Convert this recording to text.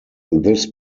this